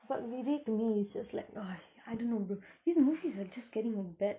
but vijay to me is just like I don't know bro his movies are just getting bad